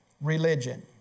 religion